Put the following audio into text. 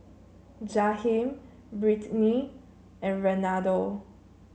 Jaheem Brittni and Renaldo